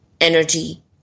energy